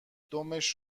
دمش